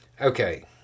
Okay